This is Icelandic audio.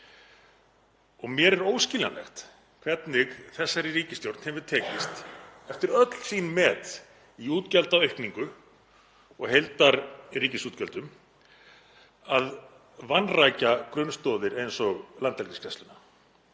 Mér er óskiljanlegt hvernig þessari ríkisstjórn hefur tekist, eftir öll sín met í útgjaldaaukningu og heildarríkisútgjöldum, að vanrækja grunnstoðir eins og Landhelgisgæsluna.